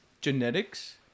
genetics